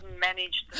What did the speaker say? managed